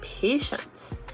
patience